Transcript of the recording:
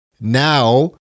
now